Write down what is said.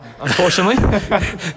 unfortunately